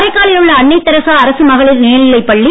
காரைக்காலில் உள்ள அன்னை தெரசா அரசு மகளிர் மேல்நிலைப்பள்ளி